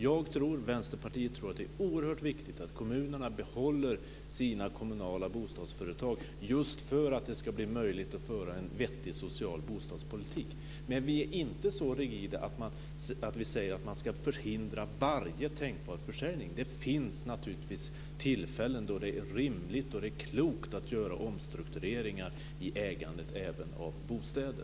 Jag tror, och Vänsterpartiet tror, att det är oerhört viktigt att kommunerna behåller sina kommunala bostadsföretag just för att det ska bli möjligt att föra en vettig social bostadspolitik. Men vi är inte så rigida att vi säger att man ska förhindra varje tänkbar försäljning. Det finns naturligtvis tillfällen då det är rimligt och klokt att göra omstruktureringar även i ägandet av bostäder.